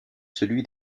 celui